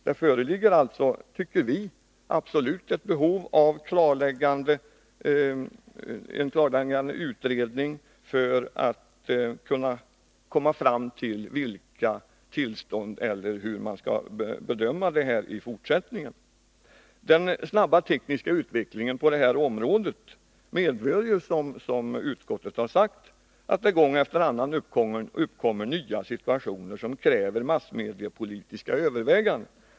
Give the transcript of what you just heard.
Det föreligger alltså ett absolut behov av en klarläggande utredning för att vi skall komma fram till vilka tillstånd som behövs och hur vi skall bedöma detta i fortsättningen. Den snabba tekniska utvecklingen på detta område medför, som utskottet har sagt, att det gång efter annan uppkommer nya situationer som kräver massmediepolitiska överväganden.